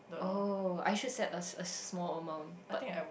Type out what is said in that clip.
oh I should set a a small amount but